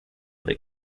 that